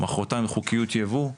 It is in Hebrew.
מוחרתיים חוקיות יבוא.